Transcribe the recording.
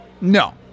No